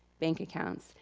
bank accounts,